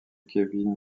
kevin